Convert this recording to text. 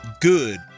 Good